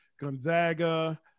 Gonzaga